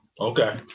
Okay